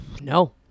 No